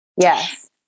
Yes